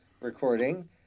recording